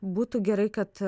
būtų gerai kad